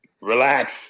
Relax